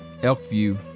Elkview